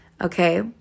Okay